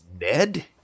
Ned